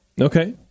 Okay